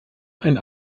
ein